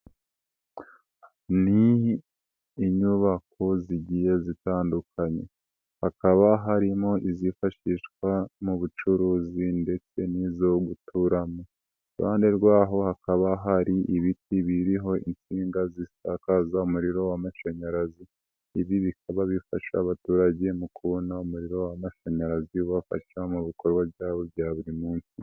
Ni inyubako zigiye zitandukanye, hakaba harimo izifashishwa mu bucuruzi ndetse n'izo guturamo. Iruhande rw'aho, hakaba hari ibiti biriho insinga zisakaza umuriro w'amashanyarazi. Ibi bikaba bifasha abaturage mu kubona umuriro w'amashanyarazi ubafasha mu bikorwa byabo bya buri munsi.